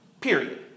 Period